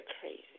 crazy